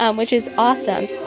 um which is awesome.